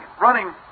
running